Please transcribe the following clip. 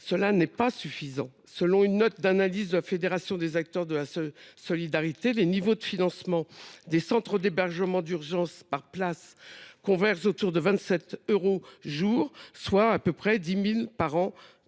cela n’est pas suffisant. Selon une note d’analyse de la Fédération des acteurs de la solidarité, les niveaux de financement des centres d’hébergement d’urgence convergent autour de 27 euros par jour et par